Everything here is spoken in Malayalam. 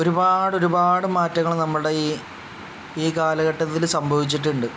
ഒരുപാടൊരുപാട് മാറ്റങ്ങൾ നമ്മുടെ ഈ ഈ കാലഘട്ടത്തിൽ സംഭവിച്ചിട്ടുണ്ട്